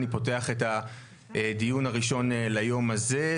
אני פותח את הדיון הראשון ליום הזה,